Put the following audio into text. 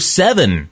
seven